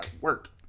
work